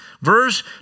verse